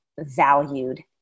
valued